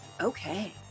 okay